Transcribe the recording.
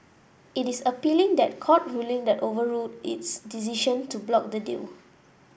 it is appealing the court ruling that overruled its decision to block the deal